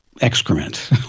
excrement